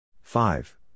Five